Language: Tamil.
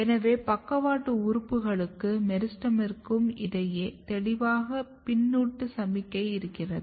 எனவே பக்கவாட்டு உறுப்புகளுக்கும் மெரிஸ்டெமிற்கும் இடையே தெளிவான பின்னூட்ட சமிக்ஞை இருக்கிறது